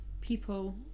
people